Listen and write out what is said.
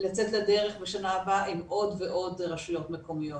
לצאת לדרך עם עוד ועוד רשויות מקומיות.